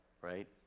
right